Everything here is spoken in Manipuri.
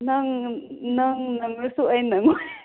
ꯅꯪ ꯅꯪ ꯅꯪꯂꯁꯨ ꯑꯩ ꯅꯪꯉꯣꯏ